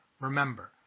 Remember